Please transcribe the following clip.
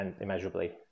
immeasurably